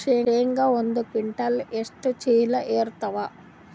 ಶೇಂಗಾ ಒಂದ ಕ್ವಿಂಟಾಲ್ ಎಷ್ಟ ಚೀಲ ಎರತ್ತಾವಾ?